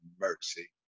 mercy